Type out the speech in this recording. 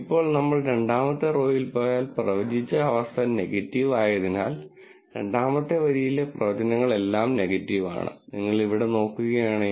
ഇപ്പോൾ നമ്മൾ രണ്ടാമത്തെ റോയിൽ പോയാൽ പ്രവചിച്ച അവസ്ഥ നെഗറ്റീവ് ആയതിനാൽ രണ്ടാമത്തെ വരിയിലെ പ്രവചനങ്ങൾ എല്ലാം നെഗറ്റീവ് ആണ് നിങ്ങൾ ഇവിടെ നോക്കുകയാണെങ്കിൽ